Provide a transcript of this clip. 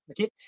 okay